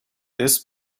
this